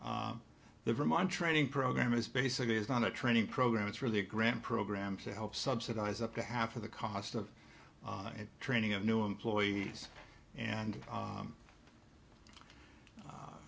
the vermont training program is basically it's not a training program it's really a grant program to help subsidize up to half of the cost of training of new employees and